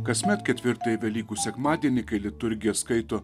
kasmet ketvirtąjį velykų sekmadienį kai liturgija skaito